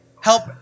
help